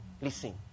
listen